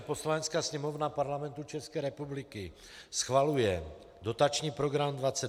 Poslanecká sněmovna Parlamentu České republiky schvaluje dotační program 21.